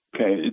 okay